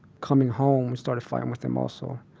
coming home started fighting with them, also.